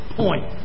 point